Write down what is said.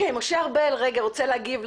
אתה ממחלקת